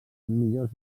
millors